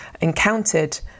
encountered